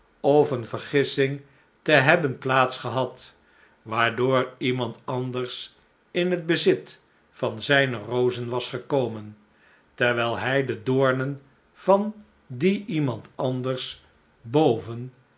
of eene vergissing te hebben plaats gehad waardoor iemand anders in het bezit van zijne rozen was gekomen terwijl hij de doornen van dien iemand anders boven